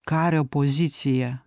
kario pozicija